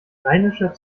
rheinischer